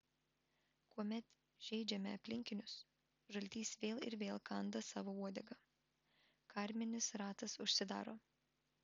kuomet žeidžiame aplinkinius žaltys vėl ir vėl kanda savo uodegą karminis ratas užsidaro